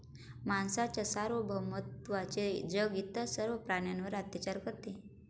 माणसाच्या सार्वभौमत्वाचे जग इतर सर्व प्राण्यांवर अत्याचार करते